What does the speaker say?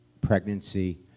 pregnancy